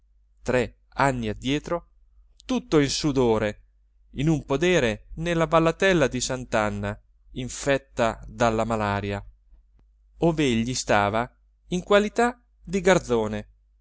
tre anni addietro tutto in sudore in un podere nella vallatella di sant'anna infetta dalla malaria ov'egli stava in qualità di garzone